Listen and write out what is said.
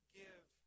give